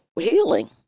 healing